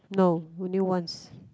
no only once